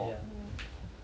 ya